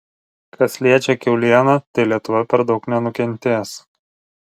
kas liečia kiaulieną tai lietuva per daug nenukentės